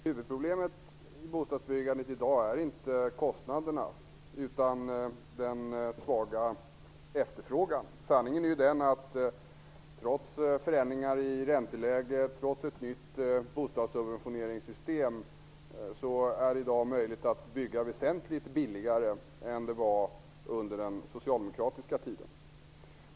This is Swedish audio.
Herr talman! Huvudproblemet i bostadsbyggandet i dag är inte kostnaderna utan den svaga efterfrågan. Sanningen är ju den att det i dag trots förändringar i ränteläget och ett nytt bostadssubventioneringssystem är möjligt att bygga väsentligt billigare än under den socialdemokratiska tiden.